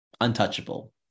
untouchable